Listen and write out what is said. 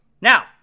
Now